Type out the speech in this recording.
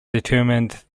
determined